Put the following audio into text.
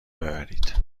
ببرید